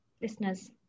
listeners